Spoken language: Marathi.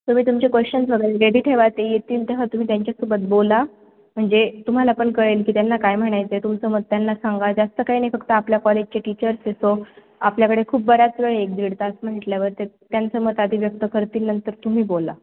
तुम्ही तुमचे क्वेश्चन्स वगैरे रेडी ठेवा ते येतील तेव्हा तुम्ही त्यांच्यासोबत बोला म्हणजे तुम्हाला पण कळेल की त्यांना काय म्हणायचं आहे तुमचं मत त्यांना सांगा जास्त काय नाही फक्त आपल्या कॉलेजचे टीचर्स आहेत सो आपल्याकडे खूप बऱ्याच वेळ आहे एक दीड तास म्हटल्यावर ते त्यांचं मत आधी व्यक्त करतील नंतर तुम्ही बोला